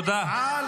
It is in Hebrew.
תודה.